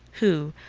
who,